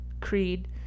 creed